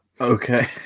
Okay